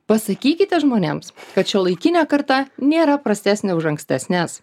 pasakykite žmonėms kad šiuolaikinė karta nėra prastesnė už ankstesnes